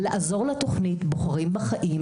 לעזור לתוכנית בוחרים בחיים,